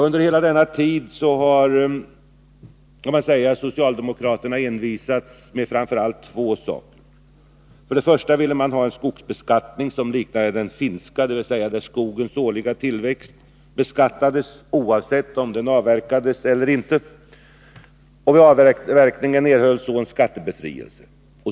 Under hela denna tid kan socialdemokraterna sägas ha envisats med främst två saker. Först och främst ville man ha en skogsbeskattning som liknade den finska, dvs. att skogens årliga tillväxt skulle beskattas oavsett om den avverkades eller inte. Vid avverkningen erhölls så en skattebefrielse.